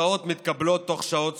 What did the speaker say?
והתוצאות מתקבלות תוך שעות ספורות,